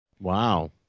Wow